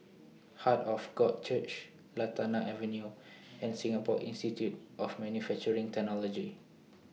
Heart of God Church Lantana Avenue and Singapore Institute of Manufacturing Technology